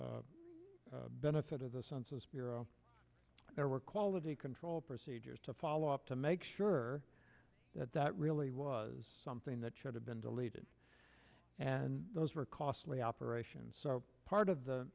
benefit to the census bureau there were quality control procedures to follow up to make sure that that really was something that should have been deleted and those were costly operations part of the